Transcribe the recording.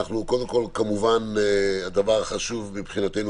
קודם כול כמובן הדבר החשוב מבחינתנו